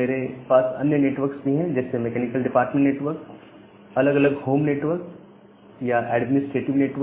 मेरे पास अन्य नेटवर्क्स भी हैं जैसे मैकेनिकल डिपार्टमेंट नेटवर्क अलग अलग होम नेटवर्क या एडमिनिस्ट्रेटिव नेटवर्क